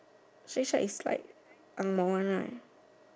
shake shack is like angmoh more one right